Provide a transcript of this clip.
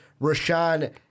Rashawn